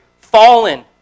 fallen